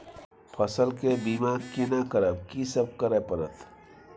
फसल के बीमा केना करब, की सब करय परत?